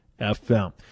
FM